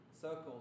circles